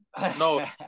No